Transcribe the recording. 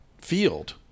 field